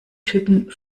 typen